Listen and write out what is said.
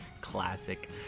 Classic